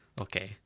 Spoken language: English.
okay